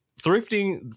thrifting